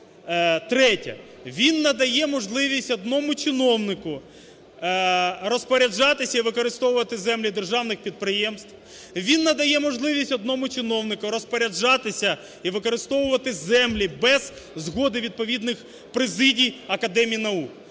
Третє. Він надає можливість одному чиновнику розпоряджатися і використовувати землі державних підприємств, він надає можливість одному чиновнику розпоряджатися і використовувати землі без згоди відповідних президій Академії наук.